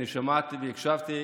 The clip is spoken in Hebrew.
שמעתי והקשבתי